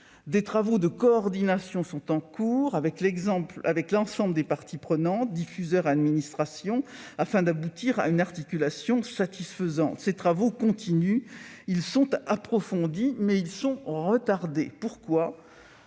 Des travaux de coordination sont en cours avec l'ensemble des parties prenantes, c'est-à-dire les diffuseurs et les administrations, afin d'aboutir à une articulation satisfaisante. Ces travaux continuent et ils sont approfondis, mais ils sont retardés par